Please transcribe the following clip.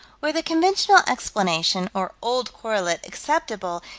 were the conventional explanation, or old correlate acceptable,